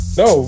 no